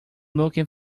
looking